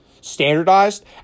standardized